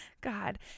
God